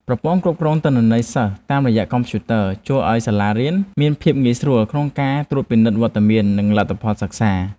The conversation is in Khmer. ប្រព័ន្ធគ្រប់គ្រងទិន្នន័យសិស្សតាមកុំព្យូទ័រជួយឱ្យសាលារៀនមានភាពងាយស្រួលក្នុងការត្រួតពិនិត្យវត្តមាននិងលទ្ធផលសិក្សា។